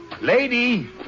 Lady